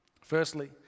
Firstly